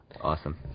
Awesome